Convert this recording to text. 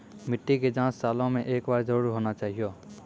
मिट्टी के जाँच सालों मे एक बार जरूर होना चाहियो?